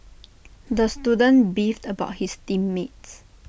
the student beefed about his team mates